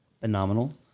Phenomenal